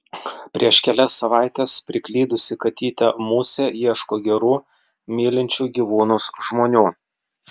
prieš kelias savaites priklydusi katytė musė ieško gerų mylinčių gyvūnus žmonių